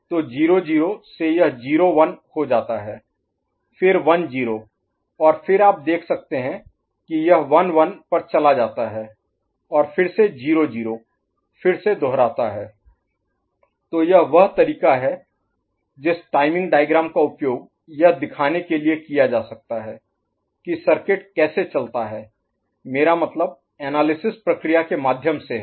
तो 0 0 से यह 0 1 हो जाता है फिर 1 0 और फिर आप देख सकते हैं कि यह 1 1 पर चला जाता है और फिर से 0 0 फिर से दोहराता है तो यह वह तरीका है जिस टाइमिंग डायग्राम का उपयोग यह दिखाने के लिए किया जा सकता है कि सर्किट कैसे चलता है मेरा मतलब एनालिसिस प्रक्रिया के माध्यम से है